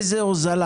איזו הוזלה?